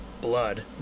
blood